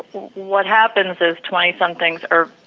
what happens is twenty somethings are,